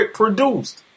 produced